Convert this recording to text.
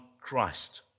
Christ